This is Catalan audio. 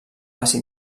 àcid